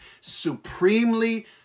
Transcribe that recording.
supremely